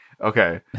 Okay